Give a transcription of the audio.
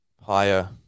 higher